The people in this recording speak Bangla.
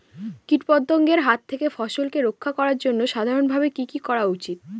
কীটপতঙ্গের হাত থেকে ফসলকে রক্ষা করার জন্য সাধারণভাবে কি কি করা উচিৎ?